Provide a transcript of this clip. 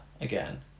again